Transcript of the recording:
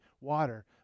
water